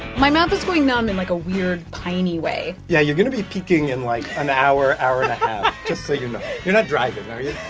my mouth is going numb in, like, a weird, piney way yeah, you're going to be peaking in, like, an hour, hour and a half, just so you know you're not driving, are you?